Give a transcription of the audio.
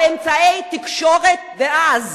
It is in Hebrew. אמצעי התקשורת דאז,